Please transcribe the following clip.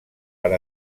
per